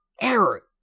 error